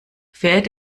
fährt